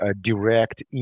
direct